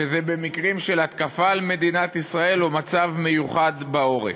שזה במקרים של התקפה על מדינת ישראל או מצב מיוחד בעורף.